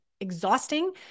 exhausting